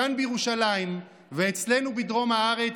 כאן בירושלים ואצלנו בדרום הארץ,